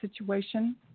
situation